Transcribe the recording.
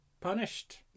punished